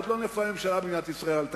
עוד לא נפלה ממשלה במדינת ישראל על תקציב.